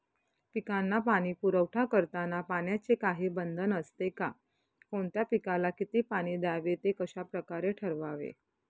पिकांना पाणी पुरवठा करताना पाण्याचे काही बंधन असते का? कोणत्या पिकाला किती पाणी द्यावे ते कशाप्रकारे ठरवावे?